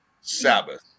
Sabbath